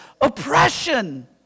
oppression